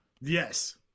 Yes